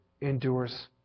endures